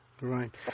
Right